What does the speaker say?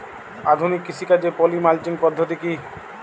আধুনিক কৃষিকাজে poly mulching পদ্ধতি কি?